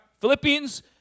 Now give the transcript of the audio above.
Philippians